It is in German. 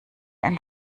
ein